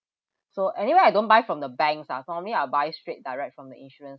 so anyway I don't buy from the banks ah for me I buy straight direct from the insurance